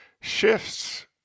shifts